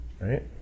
Right